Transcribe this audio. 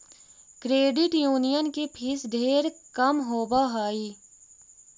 credit union के fees ढेर कम होब हई